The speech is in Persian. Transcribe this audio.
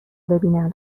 ببینن